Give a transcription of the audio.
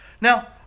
Now